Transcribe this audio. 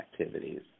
activities